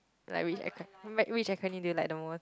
like which acro~ Mag which acronym do you like the most